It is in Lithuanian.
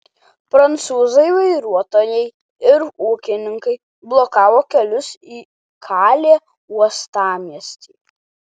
prancūzai vairuotojai ir ūkininkai blokavo kelius į kalė uostamiestį